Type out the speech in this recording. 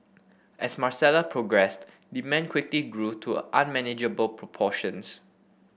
as Marcella progressed demand quickly grew to unmanageable proportions